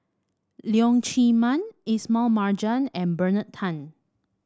Leong Chee Mun Ismail Marjan and Bernard Tan